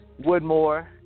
Woodmore